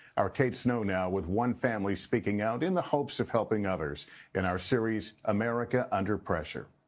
our kate snow now with one family speaking out in the hopes of helping others in our series america under pressure.